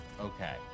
Okay